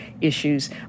issues